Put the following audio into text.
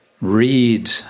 read